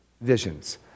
visions